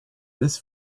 this